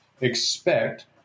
expect